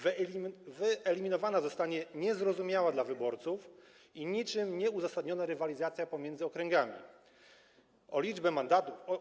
Wyeliminowana zostanie niezrozumiała dla wyborców i niczym nieuzasadniona rywalizacja pomiędzy okręgami o liczbę mandatów.